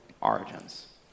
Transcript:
origins